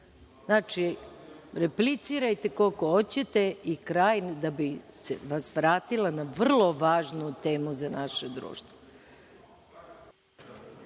Znači, replicirajte koliko hoćete i kraj, da bih vas vratila na vrlo važnu temu za naše